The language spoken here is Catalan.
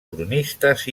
cronistes